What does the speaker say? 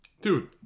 dude